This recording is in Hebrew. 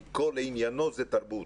כי כל עניינו זה תרבות.